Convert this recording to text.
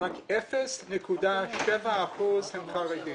רק 0.7 אחוז הם חרדים.